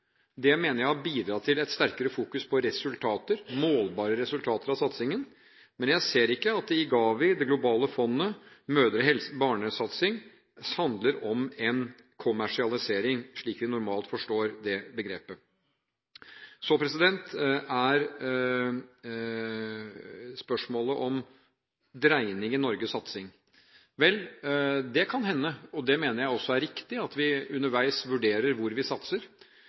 Det mener jeg har bidratt til et sterkere fokus på målbare resultater av satsingen, men jeg ser ikke at det i GAVI, Det globale fondet, mødre- og barnesatsing, handler om en kommersialisering, slik vi normalt forstår det begrepet. Nå til spørsmålet om dreining i Norges satsing. Det kan hende, og jeg mener det også er riktig at vi underveis vurderer hvor vi satser,